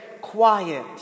quiet